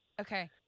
Okay